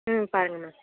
ம் பாருங்க மேம்